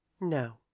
No